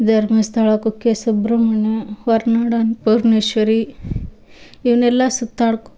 ಧರ್ಮಸ್ಥಳ ಕುಕ್ಕೆ ಸುಬ್ರಹ್ಮಣ್ಯ ಹೊರ್ನಾಡು ಅನ್ಪೂರ್ಣೇಶ್ವರಿ ಇವನ್ನೆಲ್ಲ ಸುತ್ತಾಡ್ಕೊ